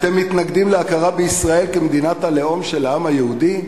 אתם מתנגדים להכרה בישראל כמדינת הלאום של העם היהודי?